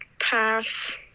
Pass